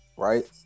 Right